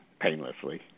painlessly